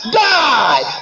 die